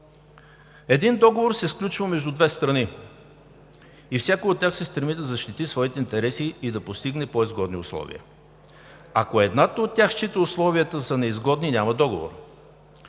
Един договор се сключва между две страни и всяка от тях се стреми да защити своите интереси и да постигне по-изгодни условия. Ако едната от тях счита условията за неизгодни, няма договор.